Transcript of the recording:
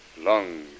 long